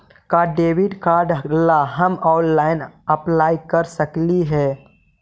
का debit card ला हम ऑनलाइन अप्लाई कर सकली हे?